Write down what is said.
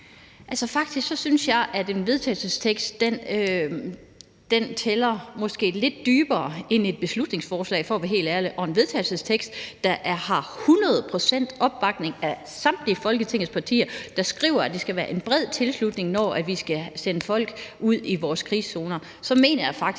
Altså, faktisk synes jeg, at en vedtagelsestekst måske tæller lidt dybere end et beslutningsforslag, for at være helt ærlig, og med en vedtagelsestekst, der har 100 pct.s opbakning fra samtlige af Folketingets partier, der skriver, at der skal være en bred tilslutning, når vi skal sende folk ud i vores krigszoner, så mener jeg faktisk,